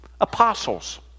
apostles